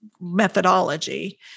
methodology